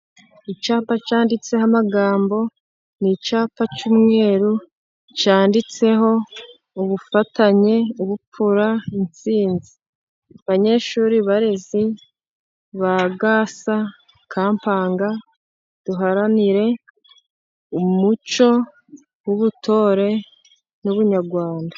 Icyapa cyanditseho amagambo, ni icyapa cy'umweru cyaditseho Ubufatanye, Ubupfura, Intsinzi. Banyeshuri, barezi ba Gasa Kampanga, duharanire umuco w'ubutore n'Ubunyarwanda.